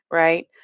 right